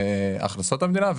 הכנסות המדינה,